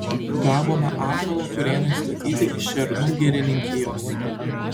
gavome ąžuolo kurėnui statyti iš šernų girininkijos